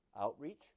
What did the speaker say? outreach